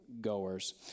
goers